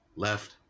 left